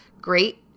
great